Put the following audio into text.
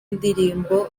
indirimbo